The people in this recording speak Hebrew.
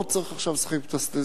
לא צריך עכשיו לשחק בסטטיסטיקות,